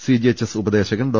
CGHS ഉപദേശകൻ ഡോ